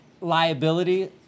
liability